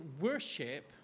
worship